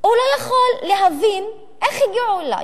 הוא לא יכול להבין איך הגיעו אלי,